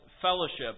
fellowship